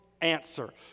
answer